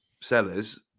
sellers